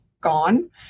Gone